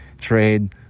trade